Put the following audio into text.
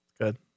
Good